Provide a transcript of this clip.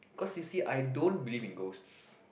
cause you see I don't believe in ghosts